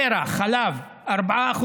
חלב של טרה, 4%,